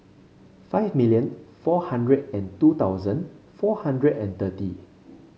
five million four hundred and two thousand four hundred and thirty